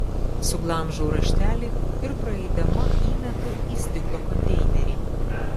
suglamžau raštelį ir praeidama įmetu į stiklo konteinerį